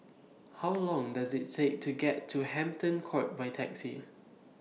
How Long Does IT Take to get to Hampton Court By Taxi